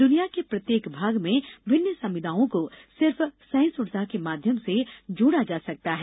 दुनिया के प्रत्येक भाग में भिन्न समुदायों को सिर्फ सहिष्णुता के माध्यम से जोड़ा जा सकता है